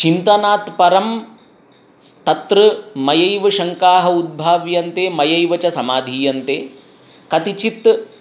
चिन्तनात् परं तत्र मयैव शङ्काः उद्भावन्ते मयैव च समाधियन्ते कतिचित्